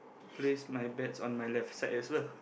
place my bets on my left side as well